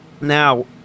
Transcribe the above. Now